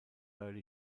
early